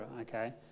okay